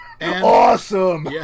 Awesome